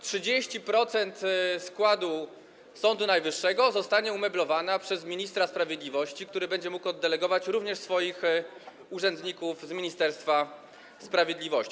30% składu Sądu Najwyższego zostanie umeblowane przez ministra sprawiedliwości, który będzie mógł oddelegować również swoich urzędników z Ministerstwa Sprawiedliwości.